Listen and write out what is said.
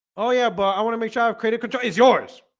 oh yeah, but i want to make sure i've created coach is yours.